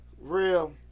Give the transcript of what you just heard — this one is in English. Real